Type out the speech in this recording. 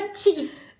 cheese